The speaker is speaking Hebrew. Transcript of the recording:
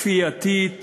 כפייתית,